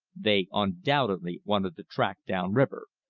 they undoubtedly wanted the tract down river.